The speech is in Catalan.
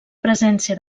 presència